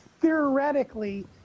theoretically